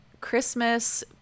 Christmas